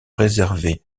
réservée